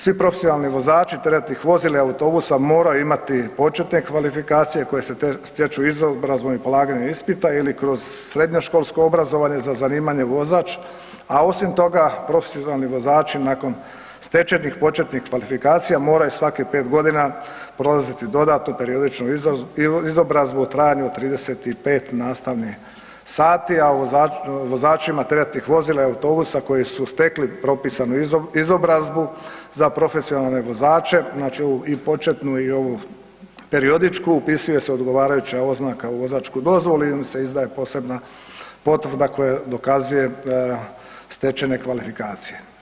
Svi profesionalni vozači teretnih vozila i autobusa moraju imati početne kvalifikacije koje se stječu izobrazbom i polaganjem ispita ili kroz srednjoškolsko obrazovanje za zanimanje vozač, a osim toga profesionalni vozači nakon stečenih početnih kvalifikacija moraju svakih 5.g. prolaziti dodatnu periodičnu izobrazbu u trajanju od 35 nastavnih sati, a vozačima teretnih vozila i autobusa koji su stekli propisanu izobrazbu za profesionalne vozače znači i početnu i ovu periodičku upisuje se odgovarajuća oznaka u vozačku dozvolu i onda se izdaje posebna potvrda koja dokazuje stečene kvalifikacije.